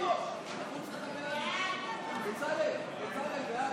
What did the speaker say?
אוחנה ליושב-ראש הכנסת נתקבלה.